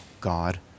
God